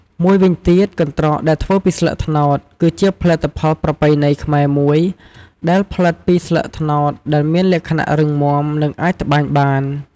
មួយវិញទៀត កន្ដ្រកដែលធ្វើពីស្លឹកត្នោត គឺជាផលិតផលប្រពៃណីខ្មែរមួយ ដែលផលិតពីស្លឹកត្នោតដែលមានលក្ខណៈរឹងមាំ និងអាចត្បាញបាន។